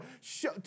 Show